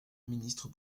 ministre